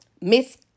Miss